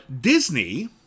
Disney